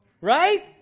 Right